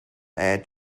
add